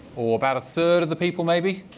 oh, about a third of the people, maybe.